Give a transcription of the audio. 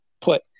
put